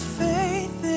faith